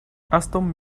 aston